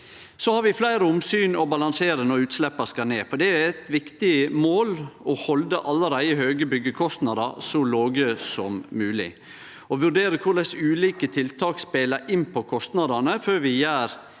Vi har fleire omsyn å balansere når utsleppa skal ned. Det er eit viktig mål å halde allereie høge byggjekostnader så låge som mogleg og vurdere korleis ulike tiltak verkar inn på kostnadene før vi avgjer